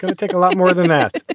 gonna take a lot more than that.